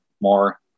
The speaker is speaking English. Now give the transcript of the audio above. more